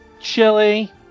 chili